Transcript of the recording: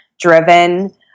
driven